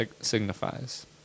signifies